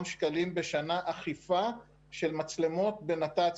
שקלים בשנה אכיפה של מצלמות בנת"צים,